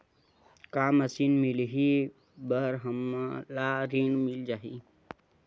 का मशीन मिलही बर हमला ऋण मिल जाही?